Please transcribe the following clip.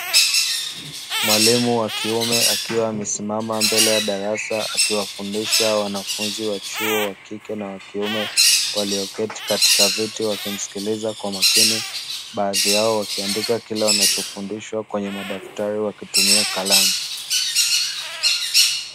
Mwalimu wa kiume akiwa amesimama mbele ya darasa akiwafundisha wanafunzi wa chuo wa kike na wa kiume, walioketi katika viti wakimsikiliza kwa makini; baadhi yao wakiandika kile wanachofundishwa kwenye madaftari yao wakitumia kalamu.